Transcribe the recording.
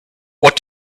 what